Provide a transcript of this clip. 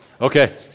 Okay